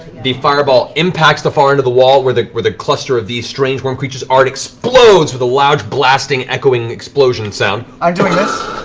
the fireball impacts the far end of the wall, where the where the cluster of these strange worm creatures are. it explodes with a large, blasting, echoing explosion sound. sam i'm doing this.